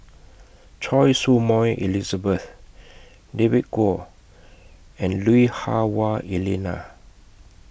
Choy Su Moi Elizabeth David Kwo and Lui Hah Wah Elena